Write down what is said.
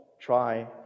try